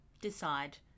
decide